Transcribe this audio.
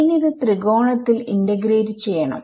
ഇനി ഇത് ത്രികോണത്തിൽ ഇന്റഗ്രേറ്റ് ചെയ്യണം